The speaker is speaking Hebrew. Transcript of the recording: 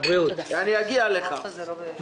אגיע לחרסה.